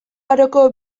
aroko